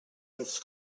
ens